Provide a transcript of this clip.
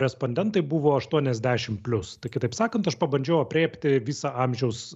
respondentai buvo aštuoniasdešimt plius kitaip sakant aš pabandžiau aprėpti visą amžiaus